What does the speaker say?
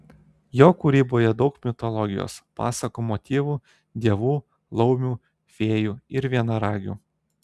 jo kūryboje daug mitologijos pasakų motyvų dievų laumių fėjų ir vienaragių